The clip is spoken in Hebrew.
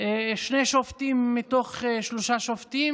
שני שופטים מתוך שלושה שופטים.